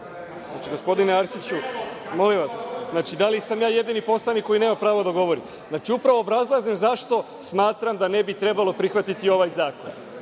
Nogo** Gospodine Arsiću, molim vas, da li sam ja jedini poslanik koji nema pravo da govori? Upravo obrazlažem zašto smatram da ne bi trebalo prihvatiti ovaj zakon